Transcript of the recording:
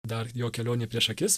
dar jo kelionė prieš akis